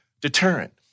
deterrent